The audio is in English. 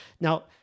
Now